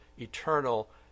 eternal